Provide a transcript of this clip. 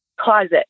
closet